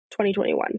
2021